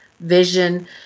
vision